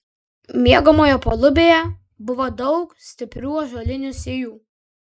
miegamojo palubėje buvo daug stiprių ąžuolinių sijų